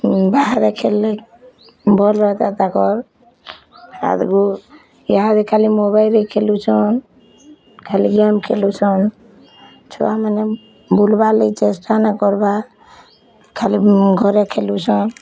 ବାହାରେ ଖେଲିଲେ ଭଲ୍ ରହିତା ତାକର୍ ଆରୁ ଇହାଦେ ଖାଲି ମୋବାଇଲ୍ରେ ଖେଲୁଛନ୍ ଖାଲି ଗେମ୍ ଖେଲୁଛନ୍ ଛୁଆମାନେ ବୁଲ୍ବାର୍ ଲାଗି ଚେଷ୍ଟା ନାଇ କର୍ବା ଖାଲି ଘରେ ଖେଲୁଛନ୍